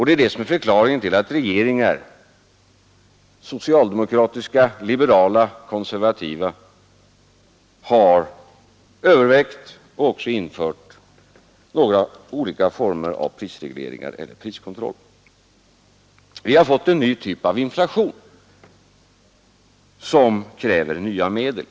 Det är detta som är förklaringen till att regeringar — socialdemokratiska, liberala, konservativa — har övervägt och också infört några olika former av prisregleringar eller priskontroll. Vi har fått en ny typ av inflation som kräver nya medel.